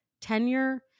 tenure